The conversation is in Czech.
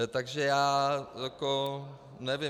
Takže já jako nevím.